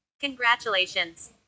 congratulations